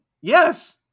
Yes